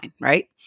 right